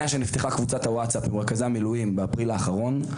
מאז שנפתחה קבוצת הווטסאפ במרכזי המילואים באפריל האחרון,